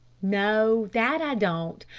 no, that i don't.